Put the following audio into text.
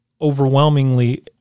overwhelmingly